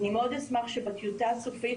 אני מאוד אשמח שבטיוטה הסופית,